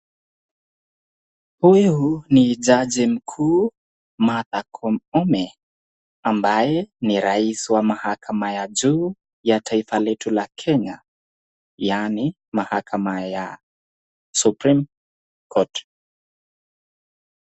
Huyu ni jaji mkuu Martha Koome, ambaye ni rais wa Mahakama ya juu ya taifa letu la Kenya, yaani Mahakama ya Supreme Court .